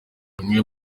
bamwe